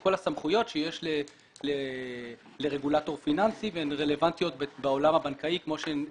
כל הסמכויות שיש לרגולטור פיננסי והן רלוונטיות בעולם